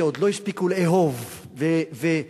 שעוד לא הספיקו לאהוב ולהתאהב,